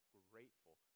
grateful